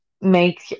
make